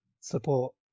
support